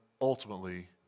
ultimately